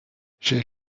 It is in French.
chez